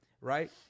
right